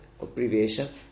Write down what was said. abbreviation